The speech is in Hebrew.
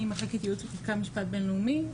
אני ממחלקת ייעוץ וחקיקה, משפט בינלאומי.